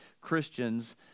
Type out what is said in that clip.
Christians